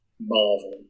Marvel